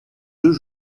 deux